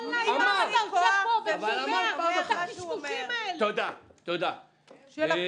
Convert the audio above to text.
כל היום אתה יושב פה ושומע את הקשקושים האלה של הפשיזם.